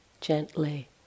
gently